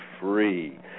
free